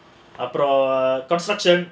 uproar construction